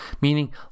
meaning